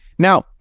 Now